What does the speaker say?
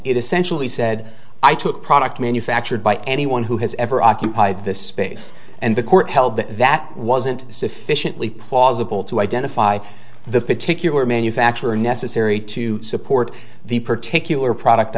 it essentially said i took product manufactured by anyone who has ever occupy this space and the court held that that wasn't sufficiently plausible to identify the particular manufacturer necessary to support the particular product